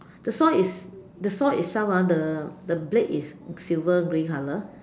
the saw is the saw itself ah the the blade is silver grey color